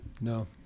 No